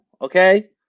Okay